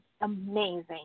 amazing